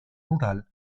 rural